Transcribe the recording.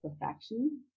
perfection